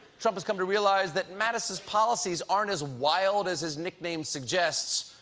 trump has come to realize that mattis's policies aren't as wild as his nickname suggests,